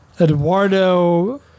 Eduardo